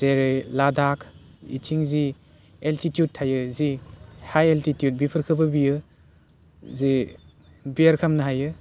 जेरै लादाक एथिं जि एल्टिटिउड थायो जि हाइ एल्टिटिउड बेफोरखौबो बियो जि बिआर खामनो हायो